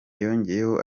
yongeyeho